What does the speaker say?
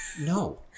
No